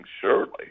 surely